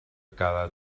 cada